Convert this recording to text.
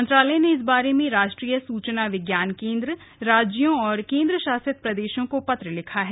मंत्रालय ने इस बारे में राष्ट्रीय सूचना विज्ञान केन्द्र राज्यों और केन्द्र शासित प्रदेशों को पत्र लिखा है